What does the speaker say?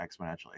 exponentially